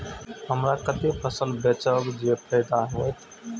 हमरा कते फसल बेचब जे फायदा होयत?